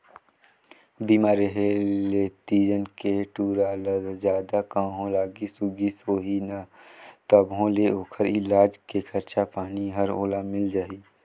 बीमा रेहे ले तीजन के टूरा ल जादा कहों लागिस उगिस होही न तभों ले ओखर इलाज के खरचा पानी हर ओला मिल जाही